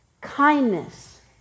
kindness